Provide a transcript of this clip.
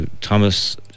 Thomas